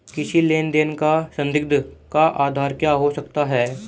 किसी लेन देन का संदिग्ध का आधार क्या हो सकता है?